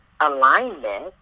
alignment